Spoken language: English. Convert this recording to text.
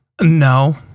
No